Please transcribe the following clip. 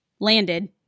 landed